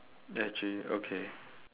okay